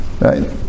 right